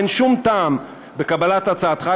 אין שום טעם בקבלת הצעתך,